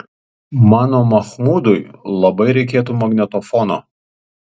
mano machmudui labai reikėtų magnetofono